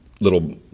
little